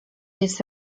jest